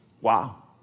Wow